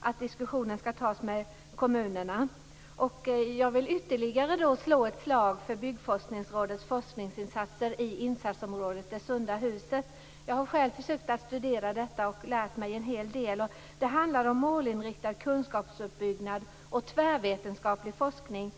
att det skall ske diskussioner med kommunerna. Jag vill ytterligare slå ett slag för Byggforskningsrådets forskningsinsatser i insatsområdet Det sunda huset. Jag har själv försökt att studera området, och jag har lärt mig en hel del. Det handlar om målinriktad kunskapsuppbyggnad och tvärvetenskaplig forskning.